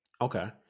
Okay